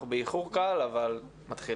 אנחנו באיחור קל אבל מתחילים.